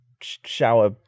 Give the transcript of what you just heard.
shower